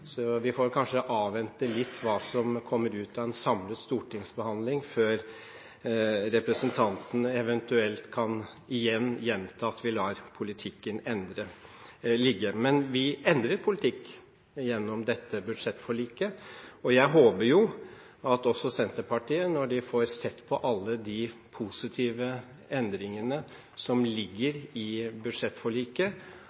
så vi får kanskje avvente litt hva som kommer ut av en samlet stortingsbehandling, før representanten eventuelt kan gjenta at vi lar politikken ligge. Men vi endrer politikk gjennom dette budsjettforliket, og jeg håper at også Senterpartiet, når de får sett på alle de positive endringene som ligger